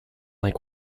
like